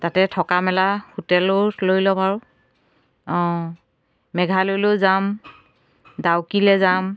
তাতে থকা মেলা হোটেলো লৈ ল'ম আৰু অঁ মেঘালয়লৈ যাম ডাউকিলৈ যাম